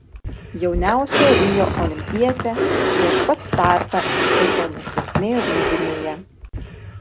jauniausią rio olimpietę prieš pat startą ištiko nesėkmė rūbinėje